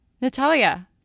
Natalia